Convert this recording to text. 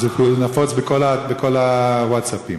וזה נפוץ בכל הווטסאפים.